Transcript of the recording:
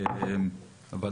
בוקר טוב.